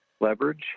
leverage